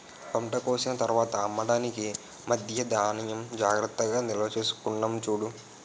పంట కోసిన తర్వాత అమ్మడానికి మధ్యా ధాన్యం జాగ్రత్తగా నిల్వచేసుకున్నాం చూడు